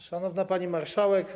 Szanowna Pani Marszałek!